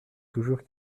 toujours